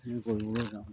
সেই কৰিবলৈ যাওঁতে